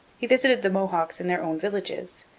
he visited the mohawks in their own villages,